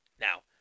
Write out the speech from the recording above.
Now